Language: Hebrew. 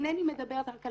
ואינני מדברת רק על